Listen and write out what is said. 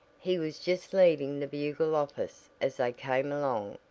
he was just leaving the bugle office as they came along,